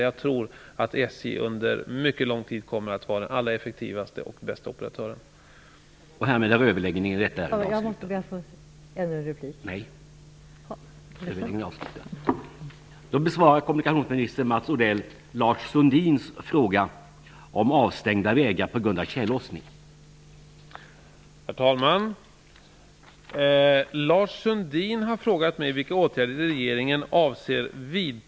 Jag tror att SJ under mycket lång tid kommer att vara den allra effektivaste och bästa operatören i det här fallet.